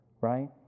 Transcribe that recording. right